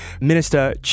Minister